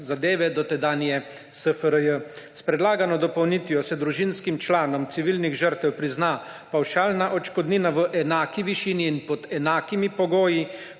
zadeve dotedanje SFRJ. S predlagano dopolnitvijo se družinskim članom civilnih žrtev prizna pavšalna odškodnina v enaki višini in pod enakimi pogoji